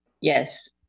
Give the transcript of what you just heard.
Yes